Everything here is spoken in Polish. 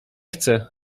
chcę